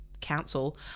council